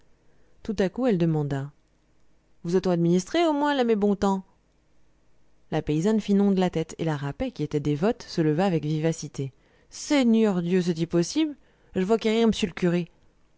tout à coup elle demanda vous a-t-on administrée au moins la mé bontemps la paysanne fit non de la tête et la rapet qui était dévote se leva avec vivacité seigneur dieu c'est-il possible j'vas quérir m'sieur l'curé